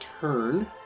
turn